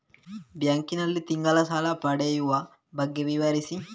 Bank ನಲ್ಲಿ ತಿಂಗಳ ಸಾಲ ಪಡೆಯುವ ಬಗ್ಗೆ ವಿವರಿಸಿ?